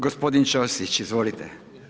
Gospodin Ćosić, izvolite.